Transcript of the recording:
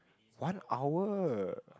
one hour